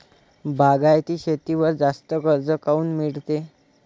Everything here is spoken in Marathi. बागायती शेतीवर जास्त कर्ज काऊन मिळते?